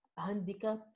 Handicap